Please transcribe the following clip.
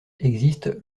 existe